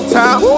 time